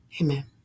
Amen